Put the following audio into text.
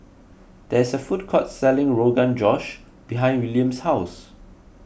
there is a food court selling Rogan Josh behind William's house